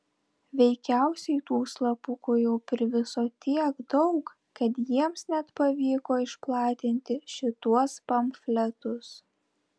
veikiausiai tų slapukų jau priviso tiek daug kad jiems net pavyko išplatinti šituos pamfletus